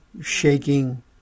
shaking